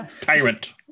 tyrant